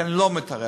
כי אני לא מתערב.